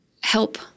help